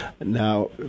Now